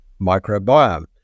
microbiome